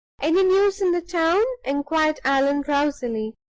any news in the town? inquired allan, drowsily,